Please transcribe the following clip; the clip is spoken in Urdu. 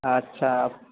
اچھا آپ